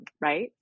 Right